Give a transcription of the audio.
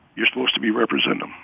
you're supposed to be representing